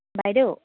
বাইদেউ